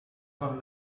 son